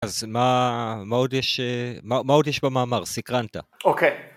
אז מה, מה עוד יש... מה עוד יש במאמר? סקרנת. אוקיי.